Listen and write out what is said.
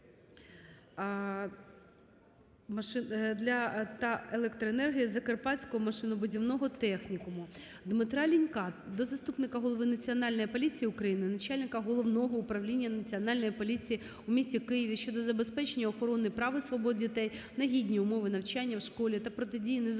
Дмитра Лінька до заступника голови Національної поліції України – начальника Головного управління Національної поліції у місті Києві щодо забезпечення охорони прав і свобод дітей на гідні умови навчання в школі та протидії незаконній